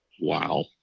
Wow